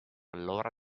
allora